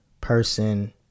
person